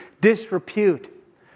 disrepute